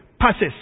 passes